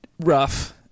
rough